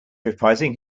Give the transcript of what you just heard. reprising